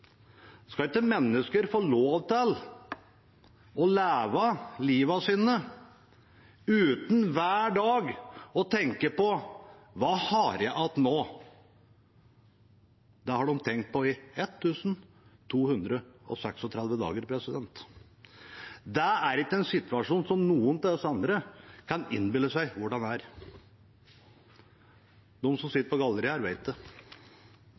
Skal ikke mennesker få lov til å leve livet sitt uten hver dag å tenke på hva de har igjen nå? Det har de tenkt på i 1 236 dager. Det er ikke en situasjon som noen av oss andre kan innbille oss hvordan er. De som sitter på galleriet her, vet det.